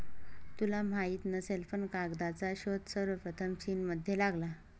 तुला माहित नसेल पण कागदाचा शोध सर्वप्रथम चीनमध्ये लागला